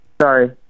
Sorry